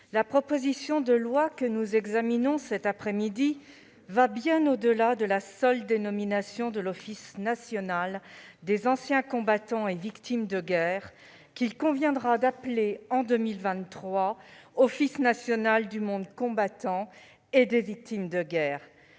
la proposition de loi que nous examinons cet après-midi va bien au-delà de la seule dénomination de l'Office national des anciens combattants et victimes de guerre, qu'il conviendra d'appeler, en 2023, « Office national des combattants et des victimes de guerre ».